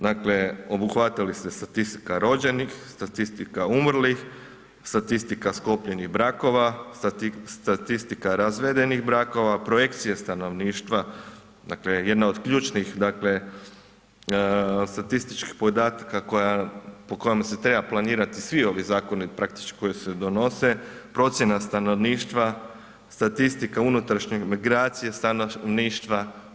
Dakle, obuhvatili ste statistika rođenih, statistika umrlih, statistika sklopljenih brakova, statistika razvedenih brakova, projekcije stanovništva, dakle jedna od ključnih dakle statističkih podataka koja, po kojima se trebaju planirati svi zakoni praktički koji se donose, procjena stanovništva, statistika unutrašnje migracije stanovništva.